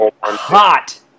hot